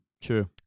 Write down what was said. True